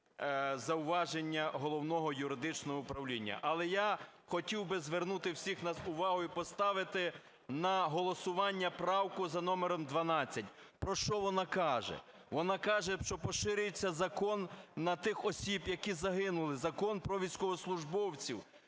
зауваження Головного юридичного управління. Але я хотів би звернути всіх нас увагу і поставити на голосування правку за номером 12. Про що вона каже? Вона каже, що поширюється закон на тих осіб, які загинули, Закон про військовослужбовців,